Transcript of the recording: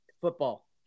football